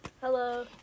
hello